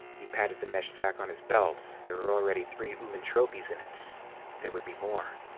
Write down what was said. he patted the mesh sack on his belt there were already three ooman trophies in it there would be more.